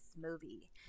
movie